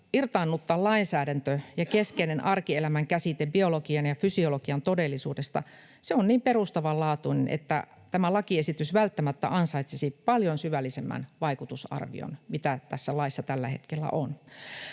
irtaannuttaa lainsäädäntö ja keskeinen arkielämän käsite biologian ja fysiologian todellisuudesta, on niin perustavanlaatuinen, että tämä lakiesitys välttämättä ansaitsisi paljon syvällisemmän vaikutusarvion kuin tässä laissa tällä hetkellä on.